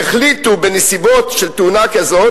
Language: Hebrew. החליטו: "בנסיבות של תאונה כזאת,